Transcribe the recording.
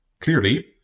clearly